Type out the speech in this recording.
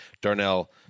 Darnell